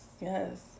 Yes